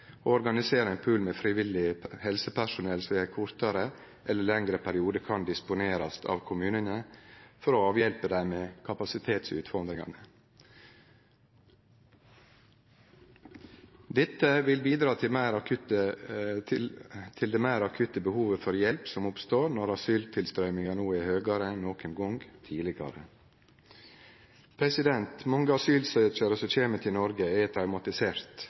organisere ein pool med frivillig helsepersonell som ved kortare eller lengre periodar kan disponerast av kommunane for å avhjelpe dei med kapasitetsutfordringane. Dette vil bidra til det meir akutte behovet for hjelp som oppstår når asyltilstrøyminga no er høgare enn nokon gong tidlegare. Mange asylsøkjarar som kjem til Noreg, er